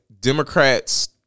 Democrats